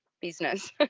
business